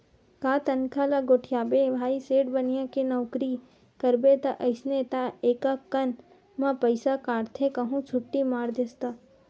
का तनखा ल गोठियाबे भाई सेठ बनिया के नउकरी करबे ता अइसने ताय एकक कन म पइसा काटथे कहूं छुट्टी मार देस ता